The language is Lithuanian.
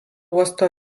uosto